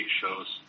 shows